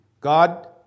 God